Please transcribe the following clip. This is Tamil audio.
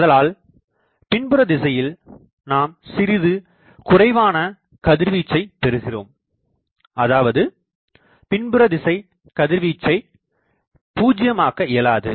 ஆதலால் பின்புற திசையில் நாம் சிறிது குறைவான கதிர்வீச்சை பெறுகிறோம் அதாவது பின்புற திசை கதிர்வீச்சை பூஜ்யமாக்க இயலாது